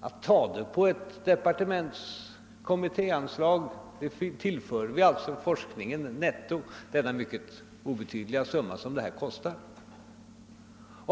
att ta medlen från ett departementskommittéanslag. Därmed tillförde vi forskningen netto den mycket obetydliga summa som arbetet kostar.